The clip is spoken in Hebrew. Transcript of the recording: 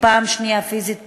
ופעם שנייה פיזית,